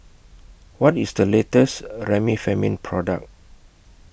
What IS The latest Remifemin Product